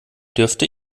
dürfte